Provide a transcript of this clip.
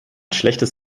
schlechtes